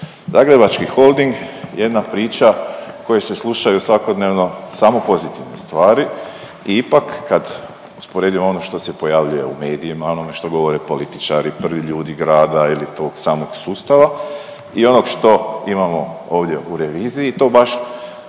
Zagrebački holding, jedna priča o kojoj se slušaju svakodnevno samo pozitivne stvari i ipak kad usporedimo ono što se pojavljuje u medijima, onome što govore političari, prvi ljudi grada ili tog samog sustava i onog što imamo ovdje u reviziji, to baš,